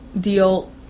deal